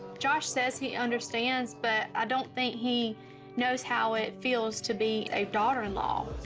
josh says he understands, but i don't think he knows how it feels to be a daughter-in-law.